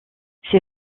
ces